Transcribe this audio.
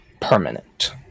permanent